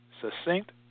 succinct